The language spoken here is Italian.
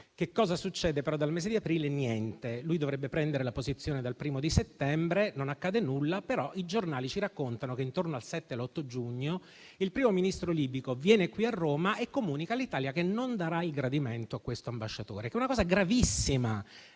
Che cosa succede, però, dal mese di aprile? Niente. Egli dovrebbe assumere la posizione dal 1° settembre, ma non accade nulla. I giornali, però, raccontano che, tra il 7 e l'8 giugno, il Primo Ministro libico viene a Roma e comunica all'Italia che non darà il gradimento a questo ambasciatore. Questa è una cosa gravissima